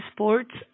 Sports